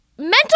Mental